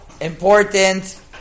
important